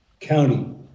County